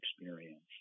experience